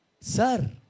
Sir